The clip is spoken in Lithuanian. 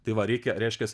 tai va reikia reiškias